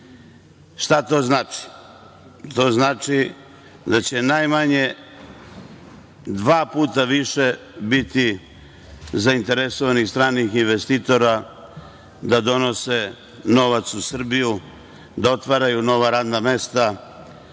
Šta to znači? To znači da će najmanje dva puta više biti zainteresovanih stranih investitora da donose novac u Srbiju, da otvaraju nova radna mesta,